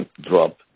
drop